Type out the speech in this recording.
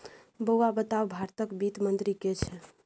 बौआ बताउ भारतक वित्त मंत्री के छै?